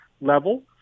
level